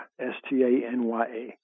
S-T-A-N-Y-A